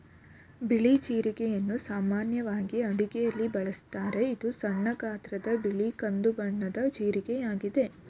ಬಿಳಿ ಜೀರಿಗೆಯನ್ನು ಸಾಮಾನ್ಯವಾಗಿ ಅಡುಗೆಯಲ್ಲಿ ಬಳಸುತ್ತಾರೆ, ಇದು ಸಣ್ಣ ಗಾತ್ರದ ಬಿಳಿ ಕಂದು ಬಣ್ಣದ ಜೀರಿಗೆಯಾಗಿದೆ